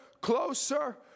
closer